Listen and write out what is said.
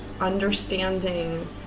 understanding